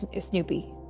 Snoopy